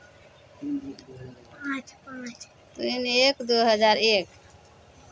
तीन एक दू हजार एक